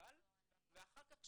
מסורבל ואחר כך,